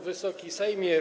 Wysoki Sejmie!